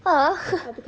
!huh!